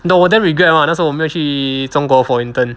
你懂我 damn regret mah 那时候我没有去中国 for intern